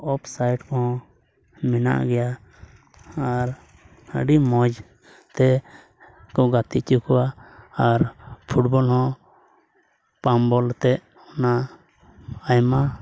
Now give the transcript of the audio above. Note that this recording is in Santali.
ᱚᱯᱷ ᱥᱟᱭᱤᱰ ᱦᱚᱸ ᱢᱮᱱᱟᱜ ᱜᱮᱭᱟ ᱟᱨ ᱟᱹᱰᱤ ᱢᱚᱡᱽᱛᱮ ᱠᱚ ᱜᱟᱛᱮᱜ ᱦᱚᱪᱚ ᱠᱚᱣᱟ ᱟᱨ ᱯᱷᱩᱴᱵᱚᱞ ᱦᱚᱸ ᱯᱟᱢ ᱵᱚᱞ ᱟᱛᱮᱫ ᱚᱱᱟ ᱟᱭᱢᱟ